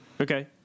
Okay